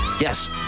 Yes